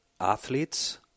athletes